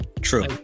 True